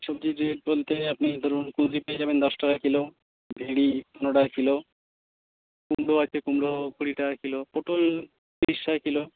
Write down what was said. সবজি যে বলতে আপনি ধরুন পুঁই পেয়ে যাবেন দশ টাকা কিলো ভেন্ডি পনেরো টাকা কিলো কুমড়ো আছে কুমড়ো কুড়ি টাকা কিলো পটল তিরিশ টাকা কিলো